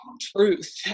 truth